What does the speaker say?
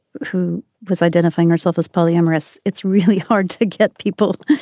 who was identifying herself as polyamorous. it's really hard to get people.